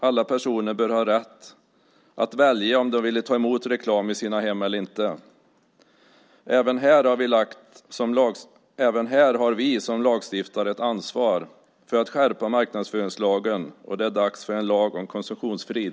Alla personer bör ha rätt att välja om de vill ta emot reklam i sina hem eller inte. Även här har vi som lagstiftare ett ansvar för att skärpa marknadsföringslagen, och det är dags för en lag om konsumtionsfrid.